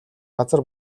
газар